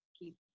keep